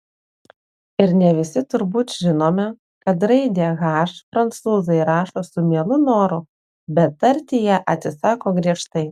ir ne visi turbūt žinome kad raidę h prancūzai rašo su mielu noru bet tarti ją atsisako griežtai